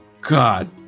God